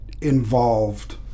involved